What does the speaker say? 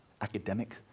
academic